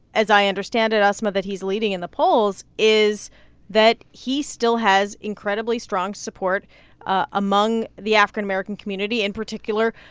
as i understand it, asma, that he's leading in the polls is that he still has incredibly strong support among the african american community, in particular,